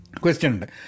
Question